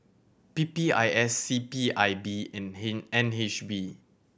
P P I S C P I B and N H B